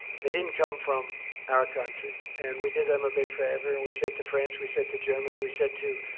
they didn't come from our country, and we did them a big favor. and we said to france, we said to germany, we said to